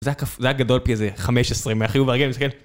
זה היה גדול פי איזה חמש עשרה, מהחיוב הרגיל, יש כאלה